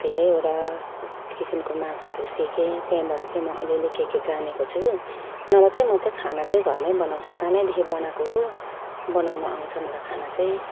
धेरैवटा किसिमको मासुहरू सिकेँ त्यहाँबाट चाहिँ म अलिअलि के के जानेको छु नभए चाहिँ म चाहिँ खाना चाहिँ घरमै बनाउँछु सानैदेखि बनाएको हो बनाउनु आउँछ मलाई खानाचाहिँ